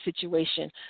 situation